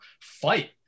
fight